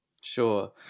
sure